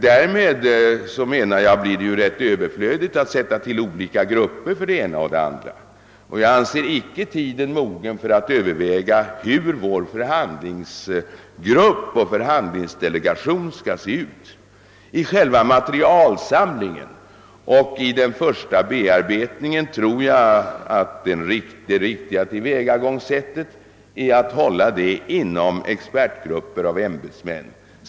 Därmed blir det ju överflödigt att tillsätta olika utredningsgrupper för det ena eller andra ändamålet. Jag anser icke tiden mogen för att överväga hur vår förhandlingsdelegation skall se ut, och jag tror att det riktiga tillvägagångssättet är att låta den första bearbetningen av materialet ske inom expertgrupper av tjänstemän.